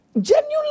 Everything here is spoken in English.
genuine